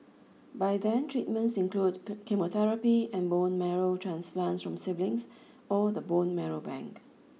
by then treatments include chemotherapy and bone marrow transplants from siblings or the bone marrow bank